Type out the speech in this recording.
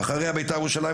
את לא צריכה להתחנף לקבוצות,